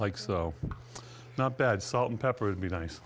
like so not bad salt and pepper would be nice